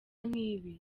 nk’ibi